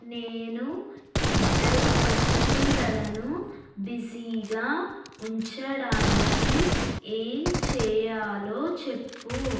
నేను ఇద్దరు పసిపిల్లలను బిజీగా ఉంచడానికి ఏం చేయాలో చెప్పు